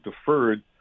deferred